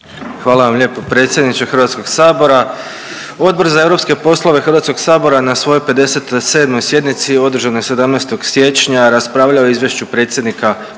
Hvala vam lijepa predsjedniče Hrvatskog sabora. Odbor za europske poslove Hrvatskog sabora na svojoj 57. sjednici održanoj 17. siječnja raspravljao je o Izvješću predsjednika Vlade RH o